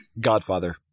Godfather